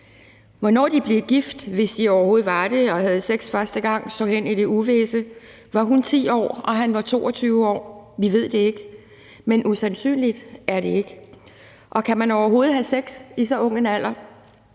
Hvornår de blev gift, hvis de overhovedet var det, og havde sex første gang, står hen i det uvisse. Var hun 10 år, og han 22 år? Vi ved det ikke. Men usandsynligt er det ikke. Og kan man overhovedet have sex i så ung en alder?